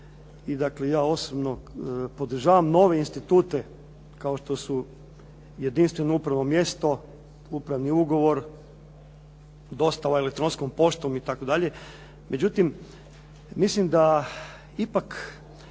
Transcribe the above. i dakle ja osobno podržavam nove institute, kao što su jedinstveno upravno mjesto, upravni ugovor, dostava elektronskom poštom itd. Međutim, mislim da ipak